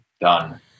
done